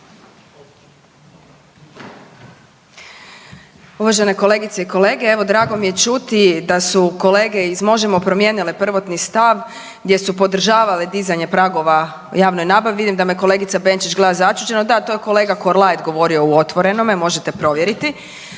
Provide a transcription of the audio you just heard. Uvažene kolegice i kolege, evo drago mi je čuti da su kolege iz Možemo! promijenile prvotni stav gdje su podržavali dizanje pragova o javnoj nabavi. Vidim da me kolegica Benčić gleda začuđeno, da to je kolega Korlaet govorio u „Otvorenome“, možete provjeriti